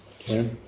okay